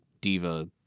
diva